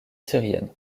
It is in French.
syrienne